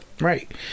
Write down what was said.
Right